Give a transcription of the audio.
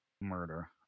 murder